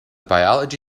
biology